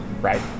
Right